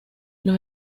los